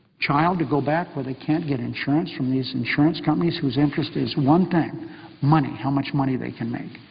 child to go back where they can't get insurance from these insurance companies whose interest is one thing money, how much money they can make.